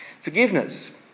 Forgiveness